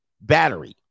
Battery